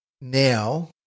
now